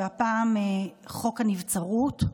והפעם חוק הנבצרות,